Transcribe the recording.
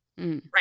Right